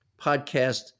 podcast